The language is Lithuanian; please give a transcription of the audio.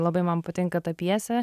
labai man patinka ta pjesė